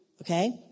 Okay